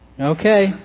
Okay